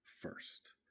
first